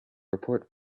report